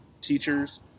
teachers